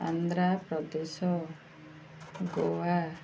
Andhra Pradesh Goa